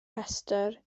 rhestr